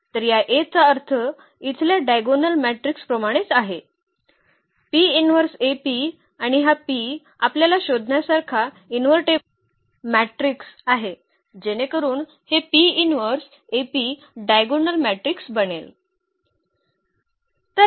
तर या A चा अर्थ इथल्या डायगोनल मॅट्रिक्स प्रमाणेच आहे आणि हा P आपल्याला शोधण्यासारखा इन्व्हर्टेबल मॅट्रिक्स आहे जेणेकरून हे डायगोनल मॅट्रिक्स बनेल